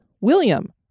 William